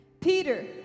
Peter